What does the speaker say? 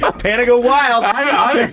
ah panago wild. i